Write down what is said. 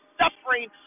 suffering